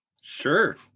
sure